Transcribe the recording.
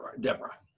Deborah